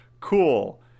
cool